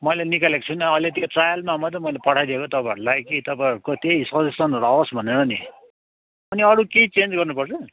मैले निकालेको छुइनँ अहिले त्यो ट्रायलमा मात्रै मैले पठाइदिएको तपाईँहरूलाई कि तपाईँहरूको त्यही सजेसनहरू आओस् भनेर नि अनि अरू केही चेन्ज गर्नुपर्छ